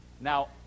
Now